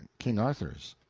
king arthur's.